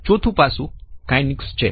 ચોથું પાસું કનિઝિક્સ છે